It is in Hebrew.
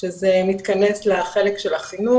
שזה מתכנס לחלק של החינוך.